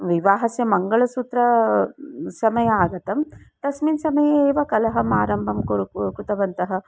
विवाहस्य मङ्गलसूत्र समयः आगतः तस्मिन् समये एव कलहम् आरम्भं कुरु कृतवन्तः